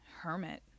hermit